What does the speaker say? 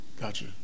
gotcha